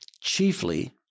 Chiefly